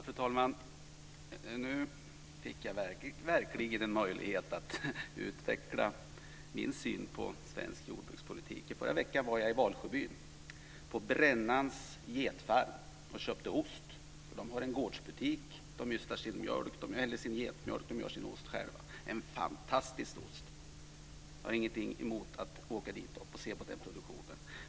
Fru talman! Nu fick jag verkligen en möjlighet att utveckla min syn på svensk jordbrukspolitik. I förra veckan var jag i Valsjöbyn, på Brännans getfarm, och köpte ost. De har en gårdsbutik. De ystar sin getmjölk. De gör sin ost själva - en fantastisk ost. Jag har ingenting emot att åka dit och se på den produktionen.